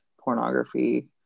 pornography